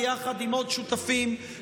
ביחד עם עוד שותפים,